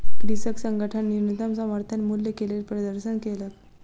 कृषक संगठन न्यूनतम समर्थन मूल्य के लेल प्रदर्शन केलक